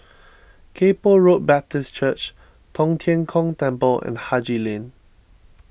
Kay Poh Road Baptist Church Tong Tien Kung Temple and Haji Lane